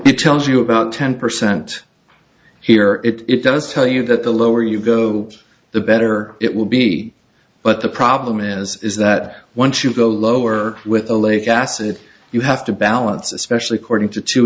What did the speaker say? it tells you about ten percent here it it does tell you that the lower you go the better it will be but the problem as is that once you go lower with a lake acid you have to balance especially cording to t